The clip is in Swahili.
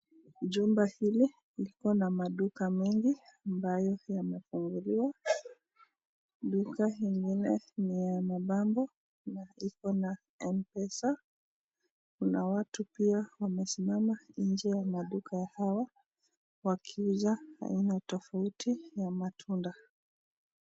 Jumba hili liko na maduka mengi ambayo yamefunguliwa. Duka ingine ni ya mapambo na iko na Mpesa. Kuna watu pia wamesimama nje ya maduka hao wakiuza aina tofauti ya matunda.